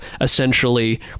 essentially